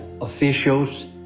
officials